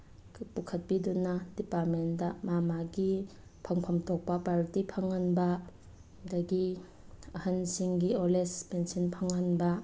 ꯄꯨꯈꯠꯄꯤꯗꯨꯅ ꯗꯤꯄꯥꯔꯠꯃꯦꯟꯗ ꯃꯥ ꯃꯥꯒꯤ ꯐꯪꯐꯝꯊꯣꯛꯄ ꯄ꯭ꯔꯥꯏꯌꯣꯔꯇꯤ ꯐꯪꯍꯟꯕ ꯑꯗꯒꯤ ꯑꯍꯟꯁꯤꯡꯒꯤ ꯑꯣꯜ ꯑꯦꯖ ꯄꯦꯟꯁꯤꯟ ꯐꯪꯍꯟꯕ